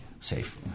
safe